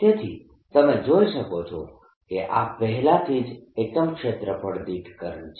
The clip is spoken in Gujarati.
તેથી તમે જોઈ શકો છો કે આ પહેલાથી જ એકમ ક્ષેત્રફળ દીઠ કરંટ છે